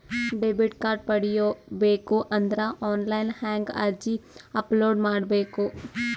Debit card ಪಡಿಬೇಕು ಅಂದ್ರ online ಹೆಂಗ್ ಅರ್ಜಿ ಅಪಲೊಡ ಮಾಡಬೇಕು?